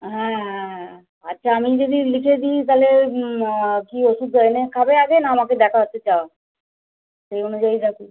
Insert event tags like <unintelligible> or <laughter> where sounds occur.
হ্যাঁ আচ্ছা আমি যদি লিখে দিই তাহলে হুম কি ওষুধ এনে খাবে আগে না আমাকে দেখাতে চাও সেই অনুযায়ী <unintelligible>